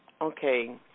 okay